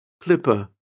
Clipper